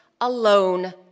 alone